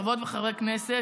חברות וחברי הכנסת,